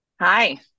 hi